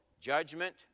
judgment